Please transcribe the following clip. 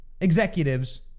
executives